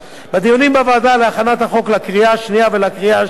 בדיונים בוועדה להכנת החוק לקריאה השנייה ולקריאה השלישית,